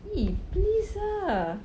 !ee! please ah